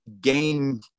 gain